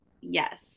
Yes